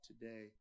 today